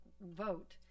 vote